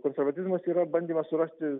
konservatizmas yra bandymas surasti